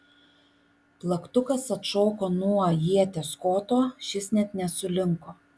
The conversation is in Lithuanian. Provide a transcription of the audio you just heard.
plaktukas atšoko nuo ieties koto šis net nesulinko